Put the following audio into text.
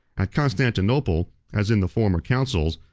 at constantinople, as in the former councils,